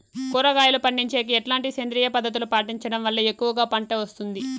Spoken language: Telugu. కూరగాయలు పండించేకి ఎట్లాంటి సేంద్రియ పద్ధతులు పాటించడం వల్ల ఎక్కువగా పంట వస్తుంది?